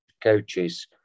coaches